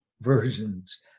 versions